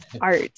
art